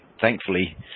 thankfully